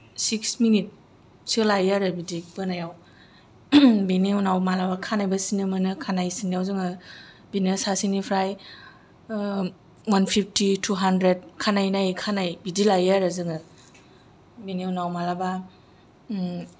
six मिनिटसो लायो आरो बिदि बोनायाव बिनि उनाव मालाबा खानायबो सिननो मोनो खानाय सिननायाव जोङो बिदिनो सासेनिफ्राय वान फिफ्टि टु हानड्रेड खानाय नायै खानाय बिदि लायो आरो जोङो बिनि उनाव मालाबा